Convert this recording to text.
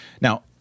Now